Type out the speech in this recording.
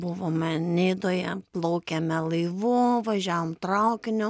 buvome nidoje plaukėme laivu važiavom traukiniu